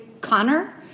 Connor